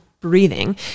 breathing